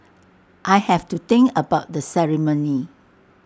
I have to think about the ceremony